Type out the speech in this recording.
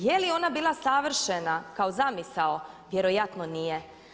Je li ona bila savršena kao zamisao vjerojatno nije.